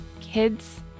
kids